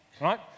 Right